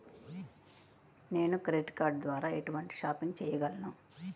నేను credit card ద్వార ఎటువంటి షాపింగ్ చెయ్యగలను?